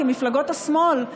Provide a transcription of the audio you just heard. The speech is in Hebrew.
כמפלגות השמאל,